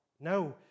No